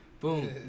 Boom